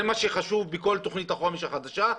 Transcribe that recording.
זה מה שחשוב בכל תוכנית החומש החדשה.